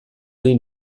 dei